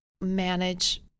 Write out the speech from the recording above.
manage